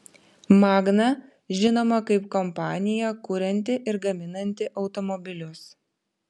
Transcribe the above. magna žinoma kaip kompanija kurianti ir gaminanti automobilius